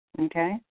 okay